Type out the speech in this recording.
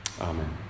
Amen